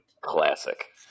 Classic